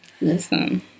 listen